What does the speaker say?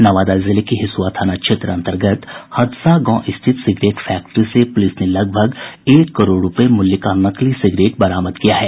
नवादा जिले के हिसुआ थाना क्षेत्र अंतर्गत हदसा गांव स्थित सिगरेट फैक्ट्री से पुलिस ने लगभग एक करोड़ रूपये मूल्य का नकली सिगरेट बरामद किया है